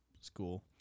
school